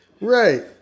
Right